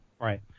Right